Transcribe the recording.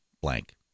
blank